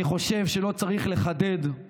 אני חושב שלא צריך לחדד על